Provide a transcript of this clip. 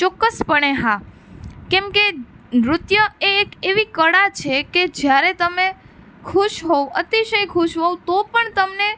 ચોક્કસ પણે હા કેમકે નૃત્ય એ એક એવી કળા છે કે જ્યારે તમે ખુશ હો અતિશય ખુશ હો તો પણ તમને